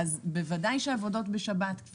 בוודאי שעבודות בשבת צריכות להיעשות,